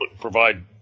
provide